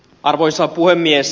arvoisa puhemies